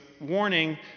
warning